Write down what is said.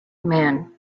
man